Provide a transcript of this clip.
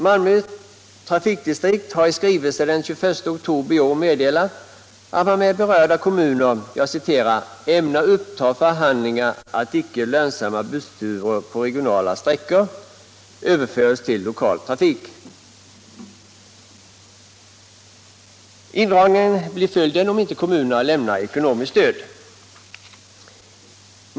man med berörda kommuner ”ämnar uppta förhandlingar att icke lönsamma bussturer på regionala sträckor” överförs till lokal trafik. Indragningar blir följden om inte kommunerna lämnar ekonomiskt stöd.